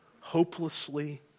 hopelessly